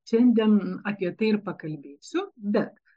šiandien apie tai ir pakalbėsiu bet